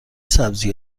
سبزی